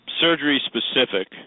surgery-specific